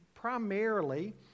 Primarily